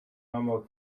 noble